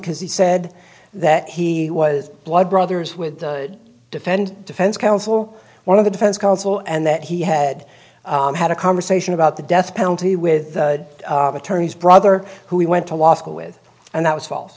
because he said that he was blood brothers with defend defense counsel one of the defense counsel and that he had had a conversation about the death penalty with attorneys brother who he went to law school with and that was false